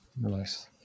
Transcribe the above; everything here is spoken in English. Nice